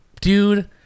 dude